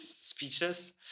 speeches